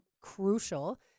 crucial